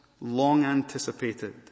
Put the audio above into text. long-anticipated